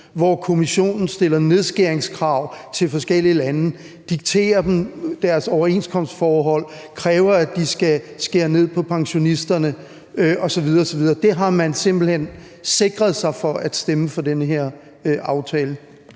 hvor Kommissionen stiller nedskæringskrav til forskellige lande, dikterer dem deres overenskomstforhold, kræver, at de skal skære ned over for pensionisterne osv. osv. Det har man simpelt hen sikret sig for at stemme for den her aftale?